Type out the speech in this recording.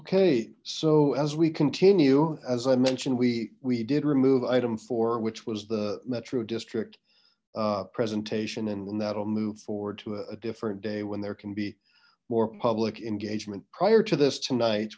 okay so as we continue as i mentioned we we did remove item four which was the metro district presentation and that will move forward to a different day when there can be more public engagement prior to this tonight